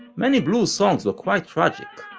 many blues songs were quite tragic,